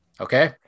Okay